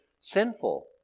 sinful